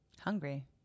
hungry